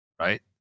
right